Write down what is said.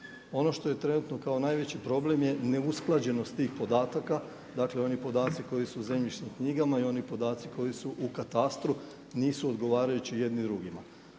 Ono što je trenutno kao najveći problem je neusklađenost tih podataka, dakle, podaci koji su u zemljišnim knjigama i oni podaci koji su u katastru nisu odgovarajući jedni drugima.